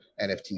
NFT